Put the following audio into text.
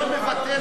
השר יבוא.